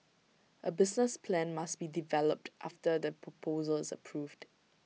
A business plan must be developed after the proposal is approved